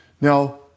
now